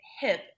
hip